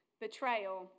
betrayal